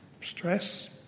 Stress